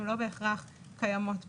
הן לא בהכרח קיימות כאן.